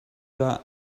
that